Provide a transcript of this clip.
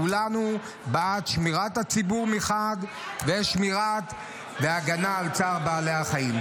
כולנו בעד שמירת הציבור מחד ושמירה והגנה על צער בעלי החיים מאידך.